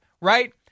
right